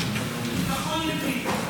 ביטחון הפנים.